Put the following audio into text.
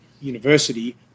University